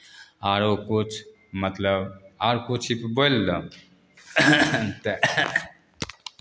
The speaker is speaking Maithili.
आरो किछु मतलब आर किछु बोलि दह तऽ